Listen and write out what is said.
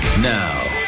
Now